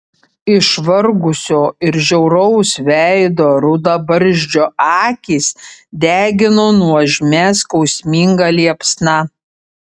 išvargusio ir žiauraus veido rudabarzdžio akys degino nuožmia skausminga liepsna